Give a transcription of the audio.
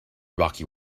rocky